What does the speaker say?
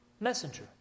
messenger